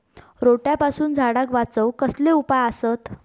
रोट्यापासून झाडाक वाचौक कसले उपाय आसत?